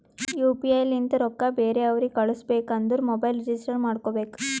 you P I ಲಿಂತ ರೊಕ್ಕಾ ಬೇರೆ ಅವ್ರಿಗ ಕಳುಸ್ಬೇಕ್ ಅಂದುರ್ ಮೊಬೈಲ್ ರಿಜಿಸ್ಟರ್ ಮಾಡ್ಕೋಬೇಕ್